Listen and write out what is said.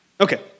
okay